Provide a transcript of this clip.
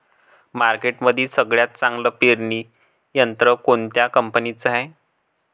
मार्केटमंदी सगळ्यात चांगलं पेरणी यंत्र कोनत्या कंपनीचं हाये?